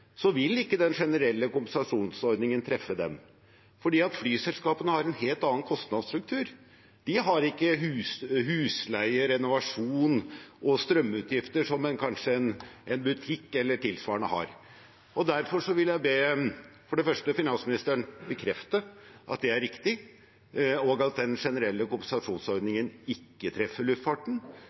vil ikke den generelle kompensasjonsordningen treffe dem, fordi flyselskapene har en helt annen kostnadsstruktur. De har ikke husleie, renovasjon og strømutgifter som kanskje en butikk eller tilsvarende har. Derfor vil jeg for det første be finansministeren bekrefte at det er riktig, at den generelle kompensasjonsordningen ikke treffer luftfarten,